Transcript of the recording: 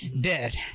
Dead